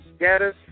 Gaddis